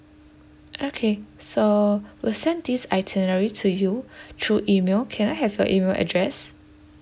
okay so we'll send this itinerary to you through email can I have your email address